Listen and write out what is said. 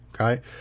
okay